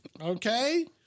okay